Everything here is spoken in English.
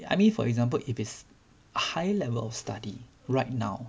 I mean for example if it's a high level of study right now